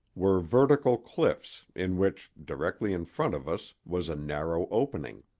were vertical cliffs, in which, directly in front of us, was a narrow opening.